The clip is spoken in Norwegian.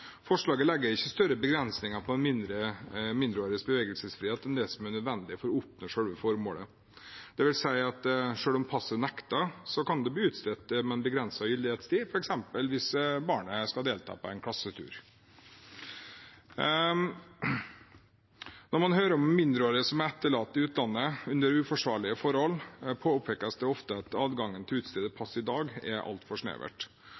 Forslaget legger ikke større begrensninger på den mindreåriges bevegelsesfrihet enn det som er nødvendig for å oppnå selve formålet. Det vil si at selv om pass er nektet, kan det bli utstedt med en begrenset gyldighetstid, f.eks. hvis barnet skal delta på en klassetur. Når man hører om mindreårige som er etterlatt i utlandet under uforsvarlige forhold, påpekes det ofte at adgangen til å utstede pass i dag er altfor